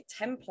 template